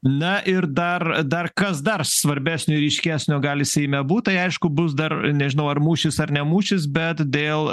na ir dar dar kas dar svarbesnio ir ryškesnio gali seime būt tai aišku bus dar nežinau ar mūšis ar ne mūšis bet dėl